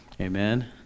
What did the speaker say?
Amen